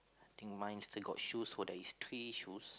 think mine still got shoes for there is three shoes